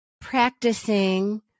practicing